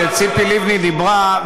כשציפי לבני דיברה,